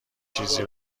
چیزی